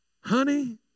Honey